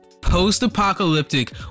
post-apocalyptic